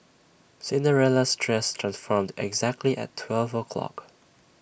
Cinderella's dress transformed exactly at twelve o'clock